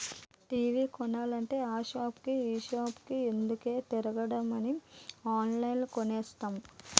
TV కొనాలంటే ఆ సాపుకి ఈ సాపుకి ఎందుకే తిరగడమని ఆన్లైన్లో కొనేసా